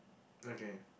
okay